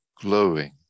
glowing